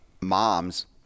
moms